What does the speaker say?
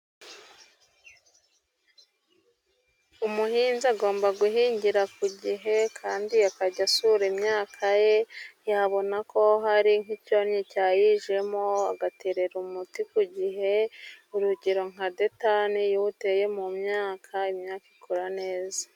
Umuhinzi agomba guhingira ku gihe Kandi akajya asura imyaka ye, yabona ko hari nk'icyonnyi cyayijemo agatera umuti ku gihe. Urugero nka Detani, iyo iteye mu myaka ikura neza.